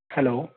hello